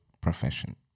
profession